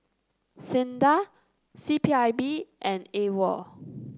SINDA C P I B and AWOL